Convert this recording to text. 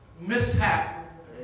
mishap